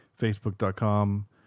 facebook.com